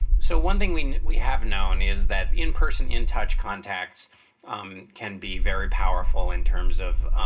so one thing we we have known is that in-person in-touch contacts um can be very powerful in terms of